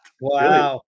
wow